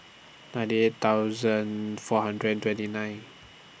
ninety eight thousand four hundred and twenty nine